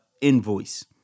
invoice